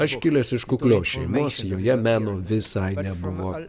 aš kilęs iš kuklios šeimos joje meno visai nebuvo